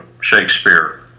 Shakespeare